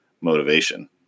motivation